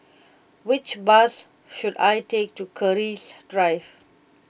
which bus should I take to Keris Drive